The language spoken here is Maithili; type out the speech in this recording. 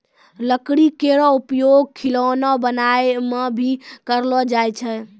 लकड़ी केरो उपयोग खिलौना बनाय म भी करलो जाय छै